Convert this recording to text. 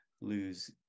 lose